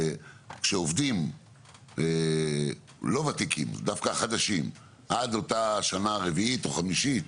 כשעובדים לא ותיקים - דווקא החדשים - עד אותה שנה רביעית או חמישית,